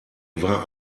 war